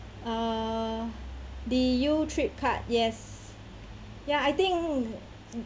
uh the youtrip card yes ya I think